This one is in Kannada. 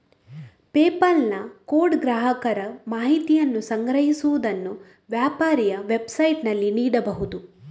ಪೆಪಾಲ್ ನ ಕೋಡ್ ಗ್ರಾಹಕರ ಮಾಹಿತಿಯನ್ನು ಸಂಗ್ರಹಿಸುವುದನ್ನು ವ್ಯಾಪಾರಿಯ ವೆಬ್ಸೈಟಿನಲ್ಲಿ ನೀಡಬಹುದು